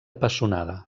pessonada